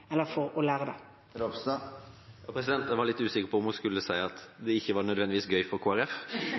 lære om det. Jeg var litt usikker på om hun skulle si at det ikke nødvendigvis var gøy for